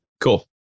Cool